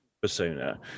persona